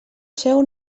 seu